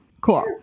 cool